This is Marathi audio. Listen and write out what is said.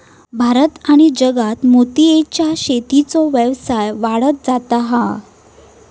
भारत आणि जगात मोतीयेच्या शेतीचो व्यवसाय वाढत जाता हा